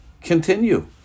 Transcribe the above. continue